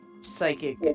psychic